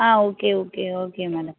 ah okay okay okay madam